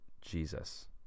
Jesus